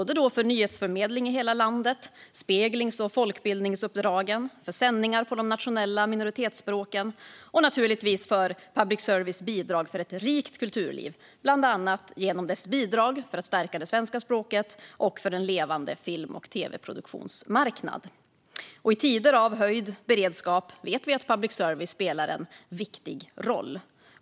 Det gäller nyhetsförmedling i hela landet, speglings och folkbildningsuppdragen, sändningar på de nationella minoritetsspråken och naturligtvis public services bidrag till ett rikt kulturliv, bland annat genom dess bidrag för att stärka det svenska språket och för en levande film och tv-produktionsmarknad. I tider av höjd beredskap vet vi att public service spelar en viktig roll.